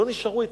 לא נשארו עצים.